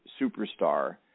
superstar